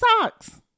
socks